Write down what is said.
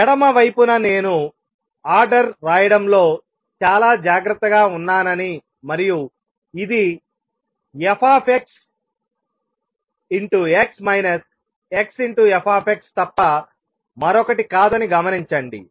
ఎడమ వైపున నేను ఆర్డర్ రాయడంలో చాలా జాగ్రత్తగా ఉన్నానని మరియు ఇది fx xf తప్ప మరొకటి కాదని గమనించండి